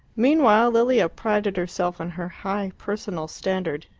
meanwhile lilia prided herself on her high personal standard,